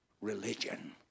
religion